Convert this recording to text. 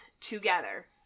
together